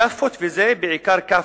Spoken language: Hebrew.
כאפות וזה, בעיקר כאפות.